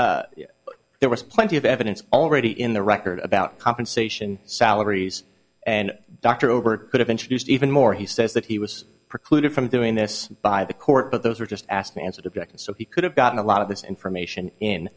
all there was plenty of evidence already in the record about compensation salaries and doctor over could have introduced even more he says that he was precluded from doing this by the court but those were just asked and answered objected so he could have gotten a lot of this information in